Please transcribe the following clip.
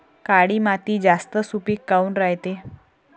काळी माती जास्त सुपीक काऊन रायते?